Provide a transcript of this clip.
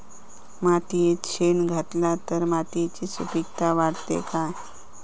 मातयेत शेण घातला तर मातयेची सुपीकता वाढते काय?